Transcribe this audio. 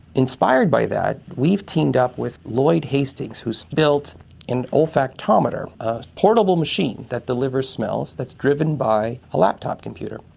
inspired by that we've teamed up with lloyd hastings who has built an olfactometer, a portable machine that delivers smells that's driven by a laptop computer.